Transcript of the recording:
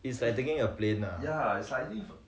is like taking a plane ah